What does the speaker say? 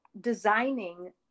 designing